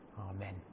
Amen